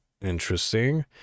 interesting